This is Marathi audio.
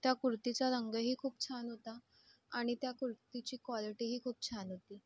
त्या कुरतीचा रंगही खूप छान होता आणि त्या कुरतीची कॉलटीही खूप छान होती